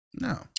no